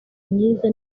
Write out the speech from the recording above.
myiza